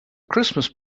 christmas